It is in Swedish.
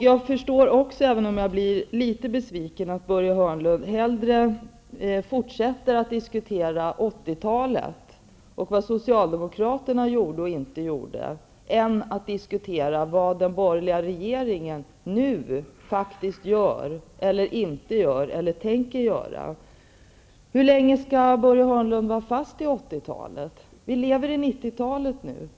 Jag blir litet besviken över att Börje Hörnlund hellre fortsätter att diskutera 1980-talet och vad socialdemokraterna gjorde och inte gjorde än att diskutera vad den borgerliga regeringen nu faktiskt gör eller inte gör eller tänker göra. Hur länge skall Börje Hörnlund vara fast i 1980-talet? Vi lever i 1990-talet nu.